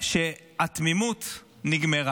שהתמימות נגמרה.